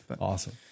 Awesome